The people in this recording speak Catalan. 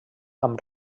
amb